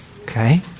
Okay